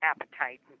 Appetite